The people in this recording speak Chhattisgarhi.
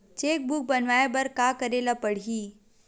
चेक बुक बनवाय बर का करे ल पड़हि?